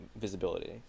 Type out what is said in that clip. visibility